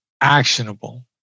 actionable